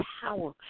power